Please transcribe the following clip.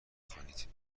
خوانید